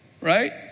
Right